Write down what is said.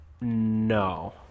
No